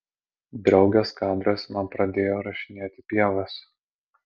draugės kadras man pradėjo rašinėti pievas